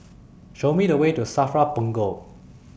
Show Me The Way to SAFRA Punggol